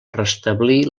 restablir